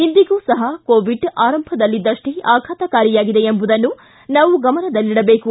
ಇಂದಿಗೂ ಕೋವಿಡ್ ಆರಂಭದಲ್ಲಿದ್ದಷ್ಟೇ ಆಘಾತಕಾರಿಯಾಗಿದೆ ಎಂಬುದನ್ನು ನಾವು ಗಮನದಲ್ಲಿಡಬೇಕು